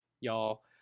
Y'all